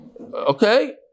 Okay